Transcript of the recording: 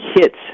hits